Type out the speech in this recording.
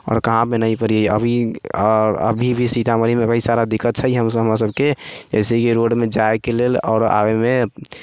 आओर कहाँ पर नहि पढ़ियै अभी आओर अभी भी सीतामढ़ीमे ओएह सारा दिक्कत छै हमरा सबकेँ जैसेकि रोडमे जायके लेल आओर आबैमे